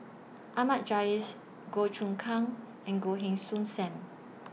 Ahmad Jais Goh Choon Kang and Goh Heng Soon SAM